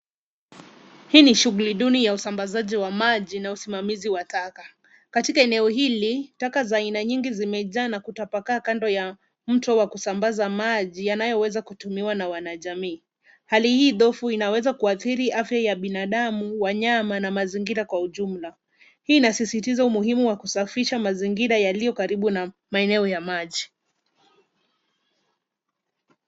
Hii ni shughuli duni ya usambazaji wa maji na usimamizi wa taka, katika eneo hili, taka za aina nyingi zimejaa na kutapakaa kando ya mto wa kusambaza maji yanayoweza kutumiwa na wanajamii, hali hii dhoofu inaweza kuadhiri afya ya ya binadamu, wanyama na mazingira kwa ujumla, hii inasisitiza umuhimu wa kusafisha mazingira yaliyo karibu na maeneo ya maji.